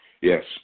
yes